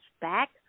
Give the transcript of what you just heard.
back